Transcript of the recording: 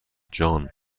جان